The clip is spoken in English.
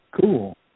Cool